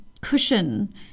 cushion